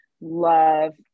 love